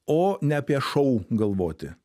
o ne apie šou galvoti